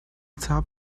top